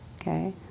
okay